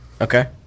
Okay